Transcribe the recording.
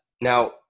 Now